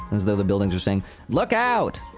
as though the buildings were saying look out!